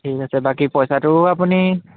ঠিক আছে বাকী পইচাটো আপুনি